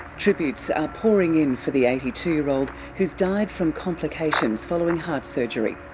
tributes are pouring in for the eighty two year old who has died from complications following heart surgery.